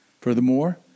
Furthermore